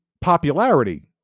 popularity